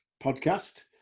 podcast